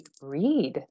read